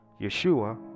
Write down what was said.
Yeshua